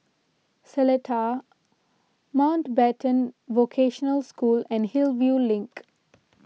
Seletar Mountbatten Vocational School and Hillview Link